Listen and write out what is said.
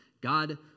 God